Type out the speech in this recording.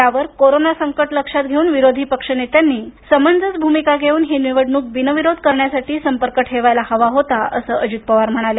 यावर कोरोना संकट लक्षात घेऊन विरोधी पक्षनेत्यांनी समंजस भूमिका घेऊन ही निवडणूक बिनविरोध करण्यासाठी संपर्क ठेवायला हवा होता असं अजित पवार म्हणाले